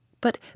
But